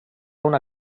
una